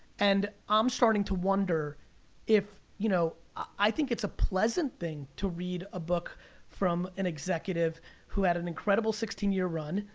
and i'm starting to wonder if, you know, i think it's a pleasant thing to read a book from an executive who had an incredible sixteen year run,